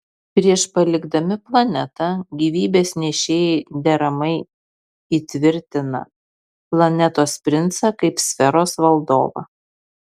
prieš palikdami planetą gyvybės nešėjai deramai įtvirtina planetos princą kaip sferos valdovą